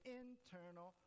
internal